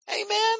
Amen